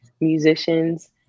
musicians